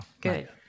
Good